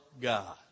God